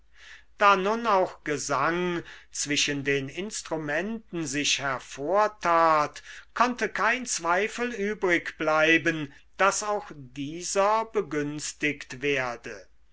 da nun auch gesang zwischen den instrumenten sich hervortat konnte kein zweifel übrigbleiben daß auch dieser begünstigt werde